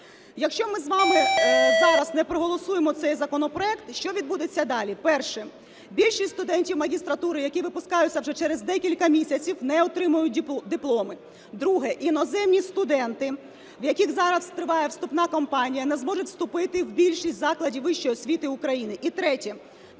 Якщо ми з вами зараз не проголосуємо цей законопроект, що відбудеться далі? Перше. Більшість студентів магістратури, які випускаються вже через декілька місяців, не отримають дипломи. Друге. Іноземні студенти, в яких зараз триває вступна кампанія, не зможуть вступити в більшість закладів вищої освіти України. І третє.